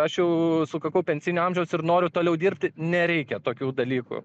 aš jau sukakau pensijinio amžiaus ir noriu toliau dirbti nereikia tokių dalykų